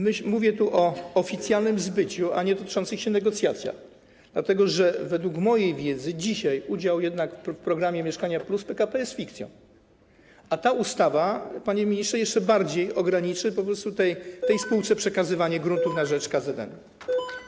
Mówię tu o oficjalnym zbyciu, a nie o toczących się negocjacjach, dlatego że według mojej wiedzy dzisiaj udział PKP w programie „Mieszkanie+” jest jednak fikcją, a ta ustawa, panie ministrze, jeszcze bardziej ograniczy po prostu tej spółce przekazywanie gruntów na rzecz KZN.